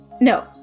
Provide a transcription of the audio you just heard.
No